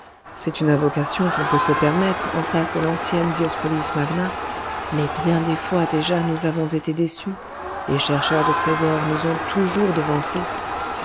c'est une invocation qu'on peut se permettre en face de l'ancienne diospolis magna mais bien des fois déjà nous avons été déçus les chercheurs de trésors nous ont toujours devancés